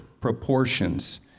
proportions